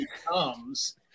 becomes